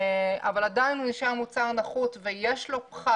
אבל עדיין זה נשאר מוצר נחות ויש לו פחת.